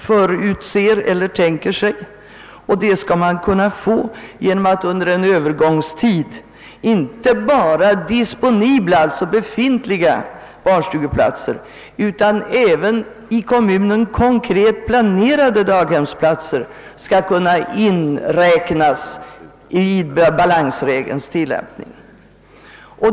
En sådan ökning anser utskottet kan uppnås genom att under en övergångstid inte bara disponibla utan även konkret planerade daghemsplatser inräknas vid balansregelns tilllämpning.